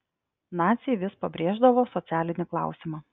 naciai vis pabrėždavo socialinį klausimą